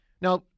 Now